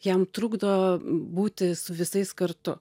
jam trukdo būti su visais kartu